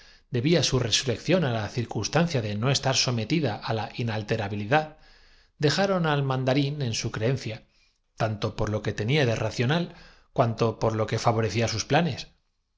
debía su resurrección á la circunstancia de no estar sometida á la inalterabilidad dejaron al man darín en su creencia tanto por lo que tenía de racio nal cuanto por lo que favorecía sus planes